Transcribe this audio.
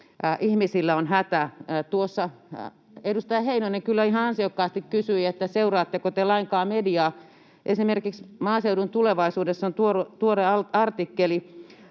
Ihmisillä on hätä. Tuossa edustaja Heinonen kyllä ihan ansiokkaasti kysyi, seuraatteko te lainkaan mediaa. Esimerkiksi Maaseudun Tulevaisuudessa on tuore artikkeli